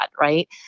Right